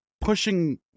pushing